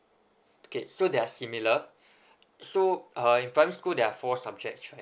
okay so they are similar so uh in primary school there're four subjects right